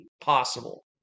possible